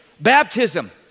Baptism